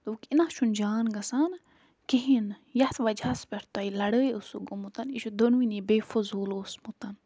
دوٚپُکھ یہِ نا چھُنہٕ جان گژھان کِہیٖنۍ نہ یَتھ وجہَس پٮ۪ٹھ تۄہہِ لَڑٲے ٲسوٗ گوٚمُت یہِ چھِ دۄنؤنی بے فضوٗل اوسمُت